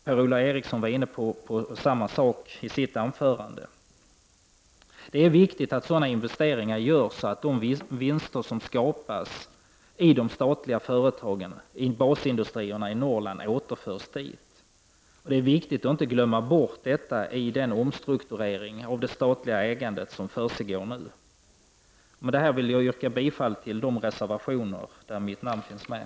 Per-Ola Eriksson berörde samma sak i sitt anförande. Det är viktigt att sådana investeringar görs, så att de vinster som skapas i de statliga företagen i basindustrierna i Norrland återförs dit. Det är angeläget att inte glömma bort detta i den omstrukturering av det statliga ägandet som nu pågår. Herr talman! Med detta yrkar jag bifall till de reservationer där mitt namn finns med.